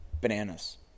Bananas